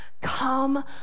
come